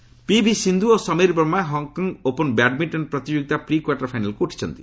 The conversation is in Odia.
ବ୍ୟାଡମିଣ୍ଟନ ପିଭି ସିନ୍ଧୁ ଓ Sameer Verma Hong Kong open badminton ପ୍ରତିଯୋଗିତା ପ୍ରି କ୍ୱାର୍ଟର ଫାଇନାଲକୁ ଉଠିଛନ୍ତି